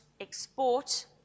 export